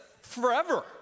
forever